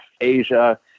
Asia